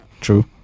True